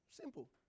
Simple